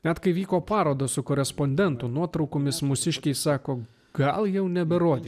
bet kai vyko parodos su korespondentų nuotraukomis mūsiškiai sako gal jau neberodė